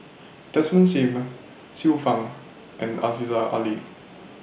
Desmond SIM Xiu Fang and Aziza Ali